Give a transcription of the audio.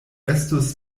estus